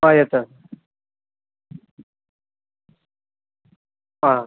ആ ആ